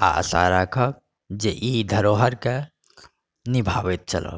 आ आशा राखब जे ई धरोहर के निभाबैत चलब